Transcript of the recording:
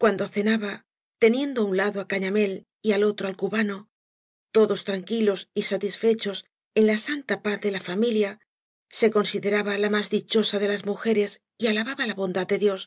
cuando cenaba teniendo á un lado á cañamél y al otro al cubano todos tranquilos y satisfechos en la santa paz de la familia se consideraba la más dichoea de lae mujeres y alababa la bondad de dios